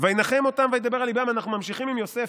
"וינחם אותם וידבר על לבם" אנחנו ממשיכים עם יוסף,